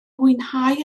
mwynhau